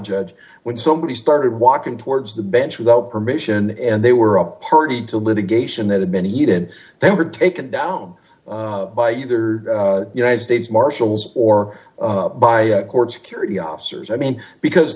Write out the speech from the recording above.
judge when somebody started walking towards the bench without d permission and they were a party to litigation that had been eaten they were taken down by either united states marshals or by court security officers i mean because